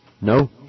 No